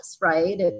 right